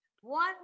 One